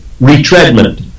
retreadment